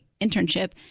internship